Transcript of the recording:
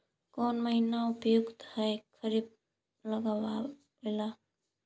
कौन महीना उपयुकत है खरिफ लगावे ला?